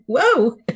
whoa